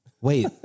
Wait